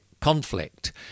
conflict